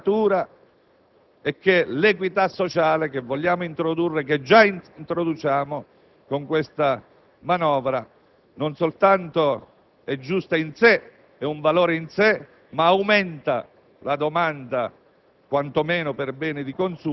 stabile e duratura; e l'equità sociale, che vogliamo introdurre e che già introduciamo con questa manovra, non soltanto è giusta ed è un valore in sé, ma aumenta la domanda